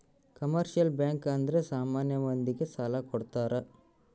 commercial bank ಅಂದ್ರೆ ಸಾಮಾನ್ಯ ಮಂದಿ ಗೆ ಸಾಲ ಕೊಡ್ತಾರ